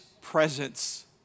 presence